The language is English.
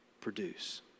produce